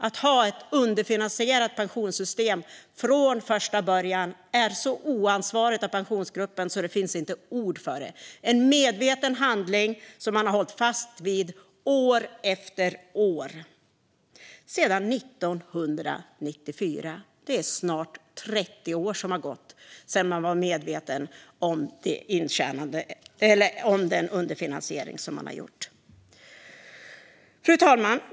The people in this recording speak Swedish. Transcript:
Att ha ett underfinansierat pensionssystem från första början är så oansvarigt av Pensionsgruppen att det inte finns ord för det. Det är en medveten handling som man har hållit fast vid år efter år, sedan 1994. Det är snart 30 år som man har varit medveten om den underfinansiering som man har gjort. Fru talman!